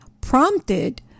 prompted